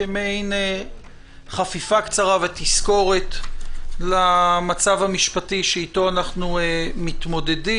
כמעין חפיפה קצרה ותזכורת למצב המשפטי שאיתו אנחנו מתמודדים.